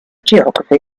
geography